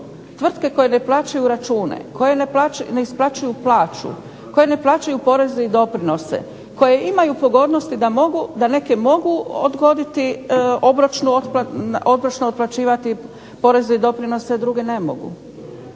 Tvrtke koje ne plaćaju račune, koje ne isplaćuju plaću, koje ne plaćaju poreze i doprinose, koje imaju pogodnosti da neke mogu odgoditi obročno otplaćivati poreze i doprinose, a druge ne mogu.